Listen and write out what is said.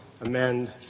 amend